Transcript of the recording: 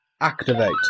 Activate